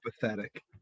pathetic